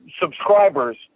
subscribers